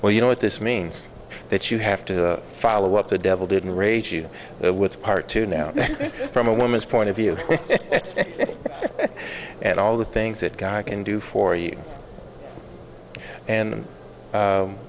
well you know what this means that you have to follow up the devil didn't raise you with part two now from a woman's point of view and all the things that guy can do for you and